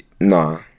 Nah